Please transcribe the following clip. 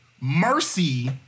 Mercy